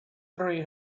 three